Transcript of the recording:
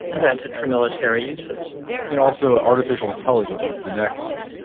invented for military uses and also ah artificial intelligence is the next,